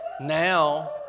now